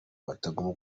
batagomba